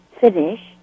finish